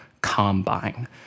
combine